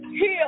heal